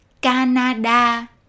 Canada